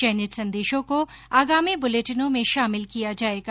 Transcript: चयनित संदेशों को आगामी बुलेटिनों में शामिल किया जाएगा